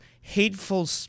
hateful